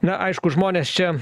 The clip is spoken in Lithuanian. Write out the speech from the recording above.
na aišku žmonės čia